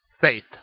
faith